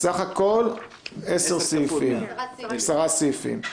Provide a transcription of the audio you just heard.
בסך הכול עשרה סעיפים.